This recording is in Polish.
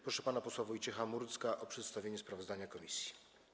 Proszę pana posła Wojciecha Murdzka o przedstawienie sprawozdania komisji.